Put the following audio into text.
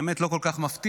האמת היא שלא כל כך מפתיע,